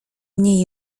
mnie